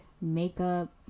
makeup